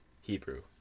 Hebrew